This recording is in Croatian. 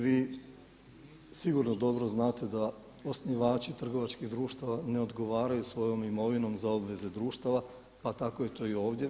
Vi sigurno dobro znate da osnivači trgovačkih društava ne odgovaraju svojom imovinom za obveze društava, pa tako je to i ovdje.